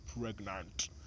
pregnant